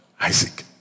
Isaac